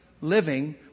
living